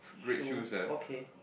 shoe okay